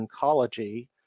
Oncology